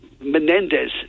Menendez